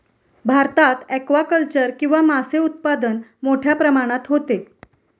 भारतात ॲक्वाकल्चर किंवा मासे उत्पादन मोठ्या प्रमाणात होते